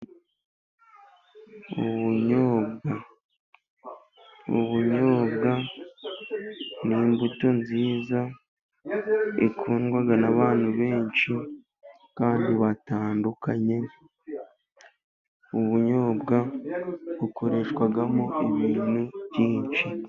Ubunyobwa, ubunyobwa ni imbuto nziza ikundwa n'abantu benshi kandi batandukanye, ubunyobwa bukoreshwamo ibintu byinshi.